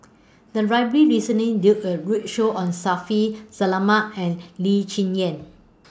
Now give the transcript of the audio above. The Library recently did A roadshow on Shaffiq Selamat and Lee Cheng Yan